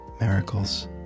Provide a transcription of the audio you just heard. miracles